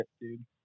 dude